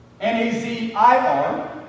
N-A-Z-I-R